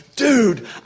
Dude